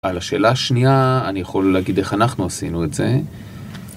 על השאלה השנייה, אני יכול להגיד איך אנחנו עשינו את זה.